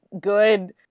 good